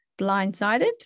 blindsided